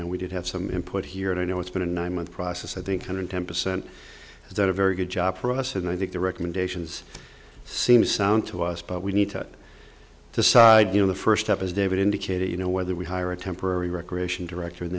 know we did have some input here and i know it's been a nine month process i think under ten percent is not a very good job for us and i think the recommendations seem sound to us but we need to decide you know the first step is david indicated you know whether we hire a temporary recreation director